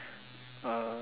uh